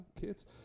Kids